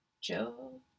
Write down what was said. Joe